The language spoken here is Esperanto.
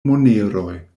moneroj